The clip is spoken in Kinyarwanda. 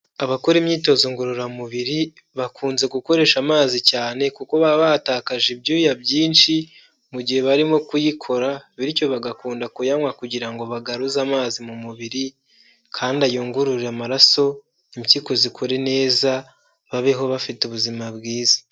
Abakora imyitozo ngororamubiri bakunze gukoresha amazi cyane kuko baba batakaje ibyuya byinshi mu gihe barimo kuyikora, bityo bagakunda kuyanywa kugira ngo bagaruze amazi mu mubiri kandi ayungurure amaraso impyiko zikora neza, babeho bafite ubuzima bwiza.